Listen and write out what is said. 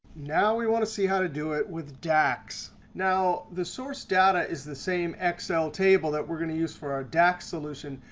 now we want to see how to do it with dax. now, the source data is the same excel table that we're going to use for our dax solution,